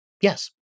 Yes